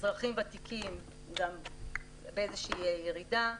אזרחים ותיקים, באיזושהי ירידה.